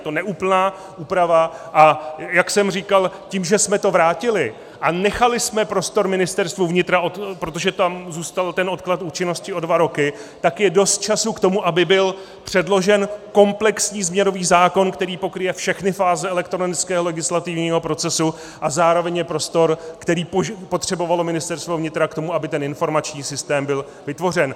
Je to neúplná úprava, a jak jsem říkal, tím, že jsme to vrátili a nechali jsme prostor Ministerstvu vnitra, protože tam zůstal odklad účinnosti o dva roky, tak je dost času k tomu, aby byl předložen komplexní změnový zákon, který pokryje všechny fáze elektronického legislativního procesu, a zároveň je prostor, který potřebovalo Ministerstvo vnitra k tomu, aby ten informační systém byl vytvořen.